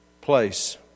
place